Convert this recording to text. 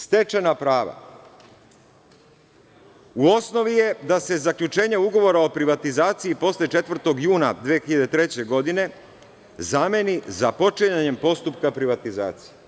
Stečajna prava, u osnovi je da se zaključenja ugovora o privatizaciji posle 4. juna 2003. godine zameni započinjanjem postupka privatizacije.